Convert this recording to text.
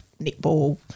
netball